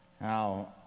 Now